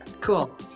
Cool